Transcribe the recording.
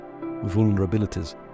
vulnerabilities